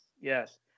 Yes